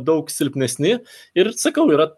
daug silpnesni ir sakau yra